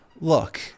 look